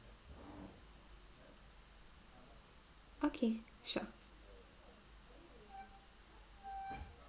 okay sure